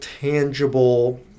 tangible